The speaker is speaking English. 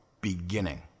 beginning